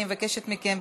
אני מבקשת מכם,